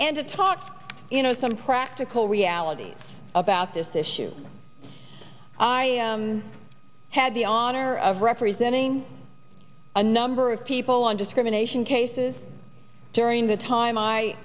and to talk to you know some practical realities about this issue i had the honor of representing a number of people on discrimination cases during the time i